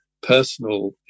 personal